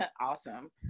Awesome